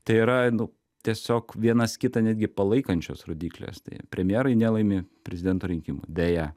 tai yra nu tiesiog vienas kitą netgi palaikančios rodyklės tai premjerai nelaimi prezidento rinkimų deja